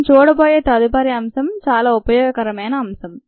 మనం చూడబోయే తదుపరి అంశం చాలా ఉపయోగకరమైన అంశం